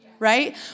Right